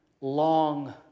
long